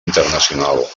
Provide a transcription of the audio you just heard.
internacional